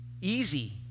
easy